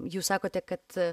jūs sakote kad